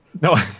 No